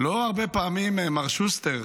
לא הרבה פעמים, מר שוסטר,